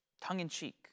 tongue-in-cheek